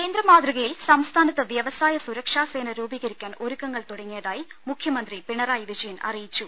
കേന്ദ്ര മാതൃകയിൽ സംസ്ഥാനത്ത് വ്യവസായ സുരക്ഷാസേന രൂപീകരിക്കാൻ ഒരുക്കങ്ങൾ തുടങ്ങിയതായി മുഖ്യമന്ത്രി പിണറായി വിജയൻ അറിയിച്ചു